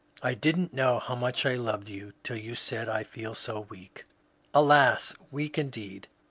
i did n't know how much i loved you till you said i feel so weak alas, weak indeed!